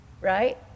right